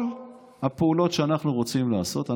כל הפעולות שאנחנו רוצים לעשות,